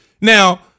Now